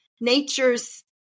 nature's